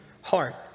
heart